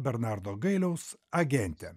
bernardo gailiaus agentę